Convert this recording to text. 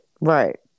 right